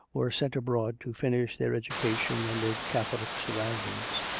were sent abroad to finish their education amid catholic surroundings.